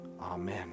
Amen